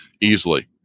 easily